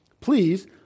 Please